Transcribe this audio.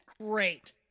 great